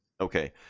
okay